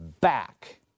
back